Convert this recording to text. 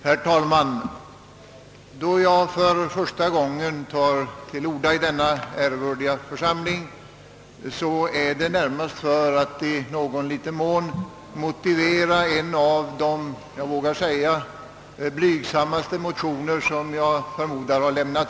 ' Herr talman! Då jag nu för första gången tar till orda i denna ärevördiga församling är det närmast för att i någon mån motivera en av de kanske blygsammaste motioner som någonsin väckts i denna kammare.